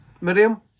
Miriam